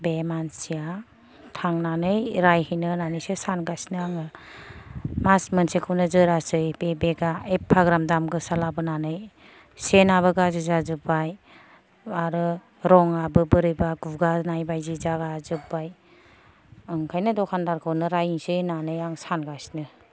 बे मानसिया थांनानै रायहैनो होननानैसो सानगासिनो आङो मास मोनसेखौनो जोरासै बे बेगा एफाग्राब दाम गोसा लाबोनानै सेनाबो गाज्रि जाजोबबाय आरो रं आबो बोरैबा गुगानाय बायदि जाला जोबबाय ओंखायनो दखानदारखौनो रायहैसै होन्नानै आं सानगासिनो